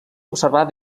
observar